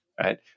right